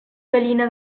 gallina